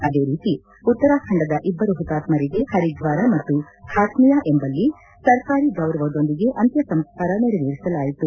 ಅದೇ ರೀತಿ ಉತ್ತರಾಖಂಡದ ಇಬ್ಬರು ಹುತಾತ್ಕರಿಗೆ ಹರಿದ್ವಾರ ಮತ್ತು ಬಾತ್ಮಿಯಾ ಎಂಬಲ್ಲಿ ಸರ್ಕಾರಿ ಗೌರವದೊಂದಿಗೆ ಅಂತ್ಯಸಂಸ್ಕಾರ ನೆರವೇರಿಸಲಾಯಿತು